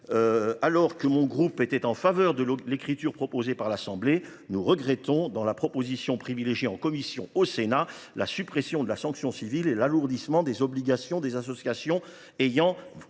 Alors que mon groupe était en faveur de l’écriture proposée par l’Assemblée nationale, nous regrettons, dans la rédaction privilégiée en commission au Sénat, la suppression de la sanction civile et l’alourdissement des obligations des associations ayant